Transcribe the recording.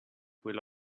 will